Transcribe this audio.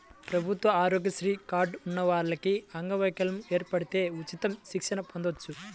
ప్రభుత్వ ఆరోగ్యశ్రీ కార్డు ఉన్న వాళ్లకి అంగవైకల్యం ఏర్పడితే ఉచిత చికిత్స పొందొచ్చు